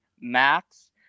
Max